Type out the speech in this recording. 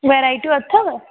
वैराइटियूं अथव